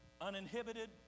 uninhibited